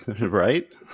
Right